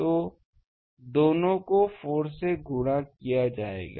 तो दोनों को 4 से गुणा किया जाएगा